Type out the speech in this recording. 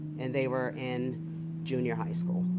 and they were in junior high school.